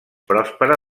pròspera